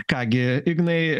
ką gi ignai